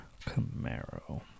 Camaro